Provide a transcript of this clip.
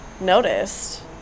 noticed